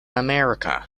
america